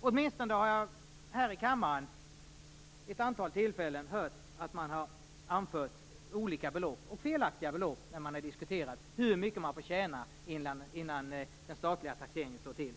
Åtminstone har jag här i kammaren vid ett antal tillfällen hört att man har anfört olika belopp - och felaktiga belopp - när man har diskuterat hur mycket människor får tjäna innan den statliga taxeringen slår till.